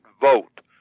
vote